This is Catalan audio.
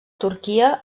turquia